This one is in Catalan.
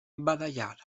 badallar